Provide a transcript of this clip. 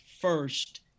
first